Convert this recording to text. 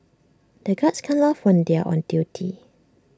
the guards can't laugh when they are on duty